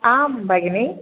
आं भगिनी